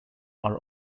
are